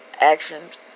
actions